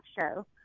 show